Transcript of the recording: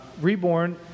reborn